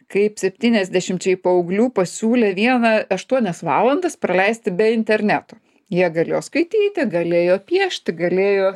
kaip septyniasdešimčiai paauglių pasiūlė vieną aštuonias valandas praleisti be interneto jie galėjo skaityti galėjo piešti galėjo